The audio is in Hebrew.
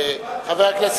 כבר קיבלתי את התשובה,